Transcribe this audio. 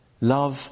Love